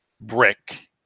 brick